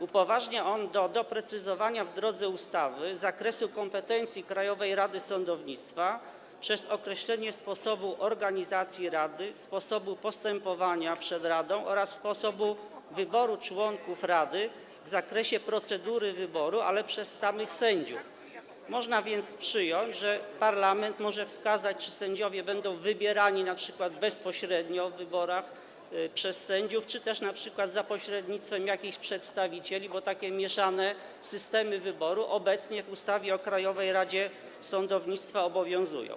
Upoważnia on do doprecyzowania w drodze ustawy zakresu kompetencji Krajowej Rady Sądownictwa przez określenie sposobu organizacji rady, sposobu postępowania przed radą oraz sposobu wyboru członków rady w zakresie procedury wyboru, ale przez samych sędziów, można więc przyjąć, że parlament może wskazać, czy sędziowie będą wybierani np. bezpośrednio w wyborach przez sędziów, czy też np. za pośrednictwem jakichś przedstawicieli, bo takie mieszane systemy wyboru obecnie w ustawie o Krajowej Radzie Sądownictwa obowiązują.